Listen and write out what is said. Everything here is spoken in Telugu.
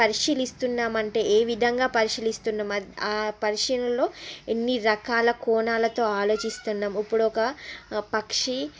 పరిశీలిస్తున్నాము అంటే ఏ విధంగా పరిశీలిస్తున్నాం అది ఆ పరిశీలనలో ఎన్ని రకాల కోణాలతో ఆలోచిస్తున్నాం ఇప్పుడు ఒక పక్షి